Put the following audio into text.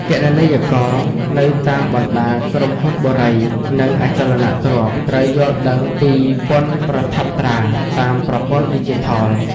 គណនេយ្យករនៅតាមបណ្តាក្រុមហ៊ុនបុរី និងអចលនទ្រព្យ ត្រូវយល់ដឹងពីពន្ធប្រថាប់ត្រាតាមប្រព័ន្ធឌីជីថល។